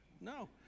No